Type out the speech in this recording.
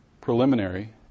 preliminary